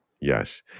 Yes